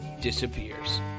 disappears